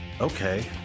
okay